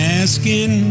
asking